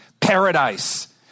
Paradise